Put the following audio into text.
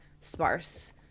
sparse